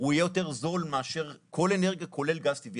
הוא יהיה יותר זול מאשר כל אנרגיה, כולל גז טבעי.